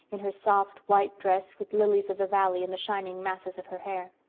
in her soft, white dress with lilies-of-the-valley in the shining masses of her hair.